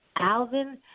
Alvin